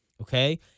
okay